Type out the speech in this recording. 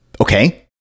Okay